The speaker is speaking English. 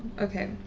Okay